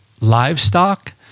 livestock